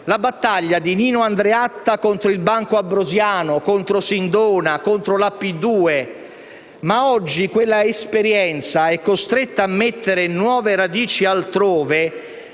la battaglia di Nino Andreatta contro il Banco Ambrosiano, contro Sindona, contro la P2. Oggi quell'esperienza è costretta a mettere nuove radici altrove